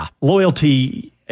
loyalty